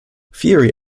fury